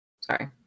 Sorry